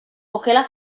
okela